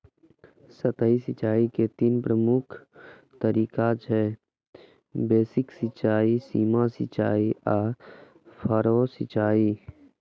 सतही सिंचाइ के तीन प्रमुख तरीका छै, बेसिन सिंचाइ, सीमा सिंचाइ आ फरो सिंचाइ